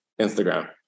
Instagram